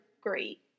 great